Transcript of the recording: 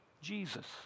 Jesus